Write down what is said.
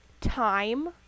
time